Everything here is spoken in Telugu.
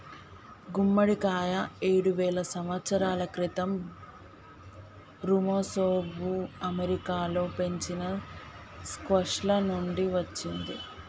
గుమ్మడికాయ ఏడువేల సంవత్సరాల క్రితం ఋమెసోఋ అమెరికాలో పెంచిన స్క్వాష్ల నుండి వచ్చింది